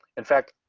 in fact,